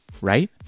right